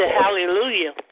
hallelujah